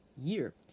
year